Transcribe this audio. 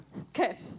Okay